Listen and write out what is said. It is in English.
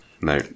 No